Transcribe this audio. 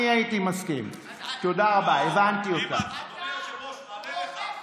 אני יכולה לשבת פה בבנייני האומה בכל כנס שאני רוצה.